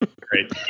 Great